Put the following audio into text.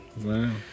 Wow